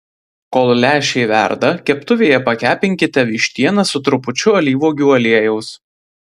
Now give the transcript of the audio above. kol lęšiai verda keptuvėje pakepinkite vištieną su trupučiu alyvuogių aliejaus